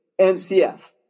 NCF